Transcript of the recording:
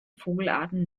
vogelarten